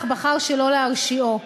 אך בחר שלא להרשיעו.